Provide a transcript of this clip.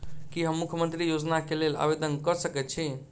की हम मुख्यमंत्री योजना केँ लेल आवेदन कऽ सकैत छी?